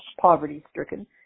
poverty-stricken